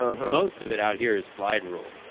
ah most of it out here, is slide rule.